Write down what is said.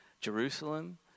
Jerusalem